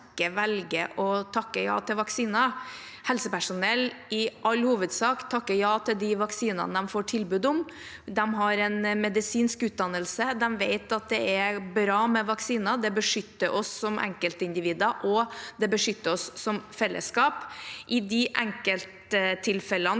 velger å takke ja til vaksiner. Helsepersonell takker i all hovedsak ja til de vaksinene de får tilbud om. De har en medisinsk utdannelse, de vet at det er bra med vaksiner. Det beskytter oss som enkeltindivider, og det beskytter oss som fellesskap. I de enkelttilfellene